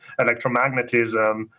electromagnetism